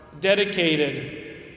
dedicated